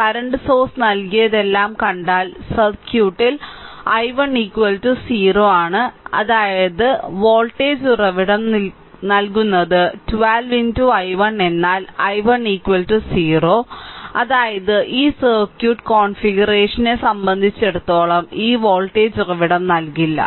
current source നൽകിയതെല്ലാം കണ്ടാൽ സർക്യൂട്ടിൽ i1 0 അതായത് വോൾട്ടേജ് ഉറവിടം നൽകുന്നത് 12 i1 എന്നാൽ i1 0 അതായത് ഈ സർക്യൂട്ട് കോൺഫിഗറേഷനെ സംബന്ധിച്ചിടത്തോളം ഈ വോൾട്ടേജ് ഉറവിടം നൽകില്ല